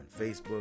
Facebook